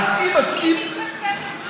מי מתבסס על סקרים?